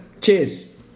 Cheers